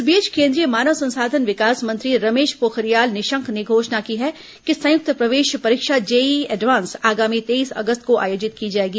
इस बीच केंद्रीय मानव संसाधन विकास ्मंत्री रमेश पोखरियाल निशंक ने घोषणा की है कि संयक्त प्रवेश परीक्षा जेईई एडवांस आगामी तेईस अगस्त को आयोजित की जाएगी